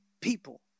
people